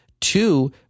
Two